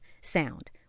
sound